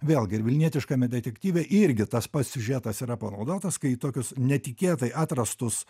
vėlgi ir vilnietiškame detektyve irgi tas pats siužetas yra panaudotas kai į tokius netikėtai atrastus